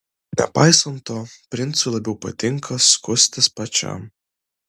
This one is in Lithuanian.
nepaisant to princui labiau patinka skustis pačiam